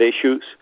issues